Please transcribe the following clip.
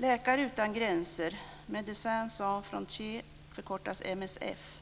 Läkare utan gränser, Médecins Sans Frontières, MSF,